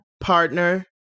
partner